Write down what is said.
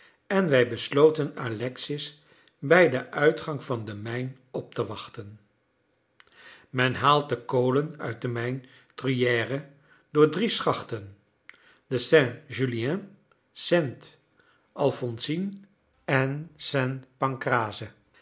en wij besloten alexis bij den uitgang van de mijn op te wachten men haalt de kolen uit de mijn truyère door drie schachten de saint julien saint alphonsine en